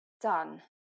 done